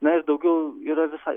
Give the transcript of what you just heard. na ir daugiau yra visai